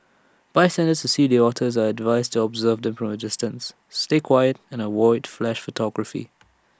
bystanders see the otters are advised to observe them from A distance stay quiet and avoid flash photography